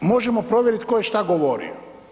Možemo provjeriti tko je što govorio.